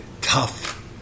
tough